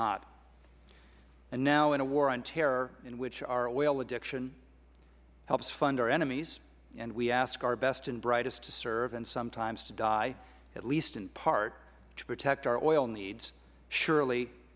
not and now in the war on terror in which our oil addiction helps fund our enemies and we ask our best and brightest to serve and to sometimes to die at least in part to protect our oil needs surely